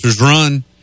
run